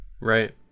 right